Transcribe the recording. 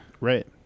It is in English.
Right